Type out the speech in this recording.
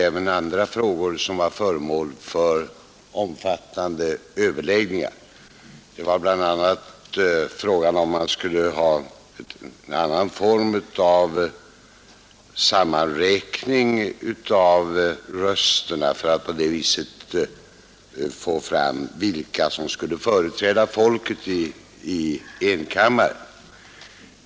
Även andra frågor var föremål för omfattande överläggningar, bl.a. frågan om man skulle ha en annan form av sammanräkning av rösterna för att på det sättet få fram vilka som skulle företräda folket i enkammaren.